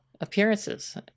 appearances